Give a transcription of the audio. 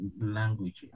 language